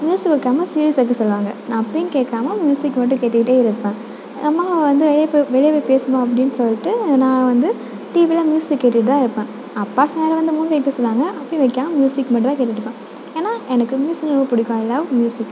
music வைக்காமல் series வைக்க சொல்லுவாங்க நான் அப்பேயும் கேட்காம மியூசிக் மட்டும் கேட்டுக்கிட்டே இருப்பேன் என் அம்மாவை வந்து வெளியே போய் வெளியே போய் பேசுமா அப்படின் சொல்லிட்டு நான் வந்து டிவியில் மியூசிக் கேட்டுகிட்டு தான் இருப்பேன் அப்பா சில நேரம் வந்து மூவி வைக்க சொல்லுவாங்க அப்பேயும் வைக்காமல் மியூசிக் மட்டும் தான் கேட்டுகிட்ருப்பேன் ஏன்னால் எனக்கு மியூசிக்னால் ரொம்ப பிடிக்கும் ஐ லவ் மியூசிக்